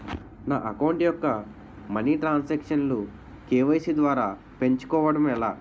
నా అకౌంట్ యెక్క మనీ తరణ్ సాంక్షన్ లు కే.వై.సీ ద్వారా పెంచుకోవడం ఎలా?